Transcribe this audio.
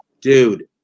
dude